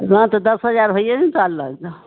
हॅं तऽ दस हजार होइए ने तोरा लग